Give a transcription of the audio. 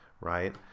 right